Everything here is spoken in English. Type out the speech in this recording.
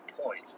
point